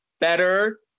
better